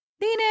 dinner